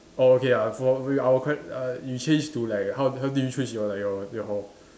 okay ah for err our que~ uh you change to like how how did you choose like your your